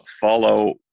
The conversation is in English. follow